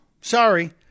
Sorry